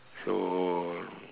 so